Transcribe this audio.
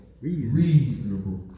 reasonable